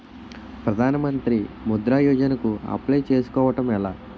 ప్రధాన మంత్రి ముద్రా యోజన కు అప్లయ్ చేసుకోవటం ఎలా?